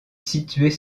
situées